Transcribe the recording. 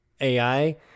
AI